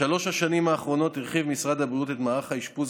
בשלוש השנים האחרונות הרחיב משרד הבריאות את מערך האשפוז